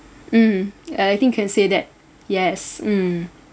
mm I think can say that yes mm